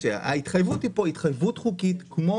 ההתחייבות פה היא התחייבות חוקית כמו